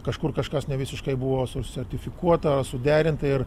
kažkur kažkas nevisiškai buvo susertifikuota suderinta ir